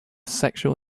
sexual